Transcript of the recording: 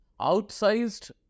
outsized